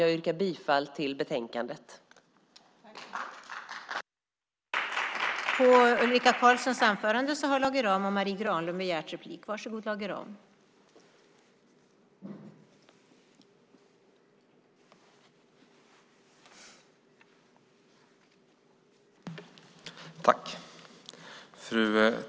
Jag yrkar bifall till utskottets förslag i betänkandet.